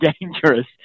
dangerous